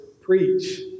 preach